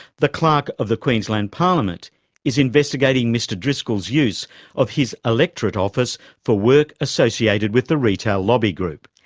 the clerk of the queensland parliament is investigating mr driscoll's use of his electorate office for work associated with the retail lobby group.